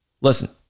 listen